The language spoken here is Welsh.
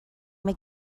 mae